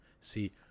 See